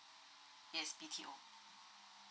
yes B_T_O